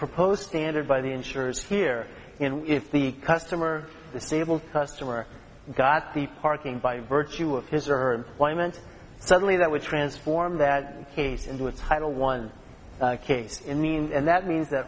proposed standard by the insurers here in if the customer the stable customer got the parking by virtue of his or her employment suddenly that would transform that case into a title one case in means and that means that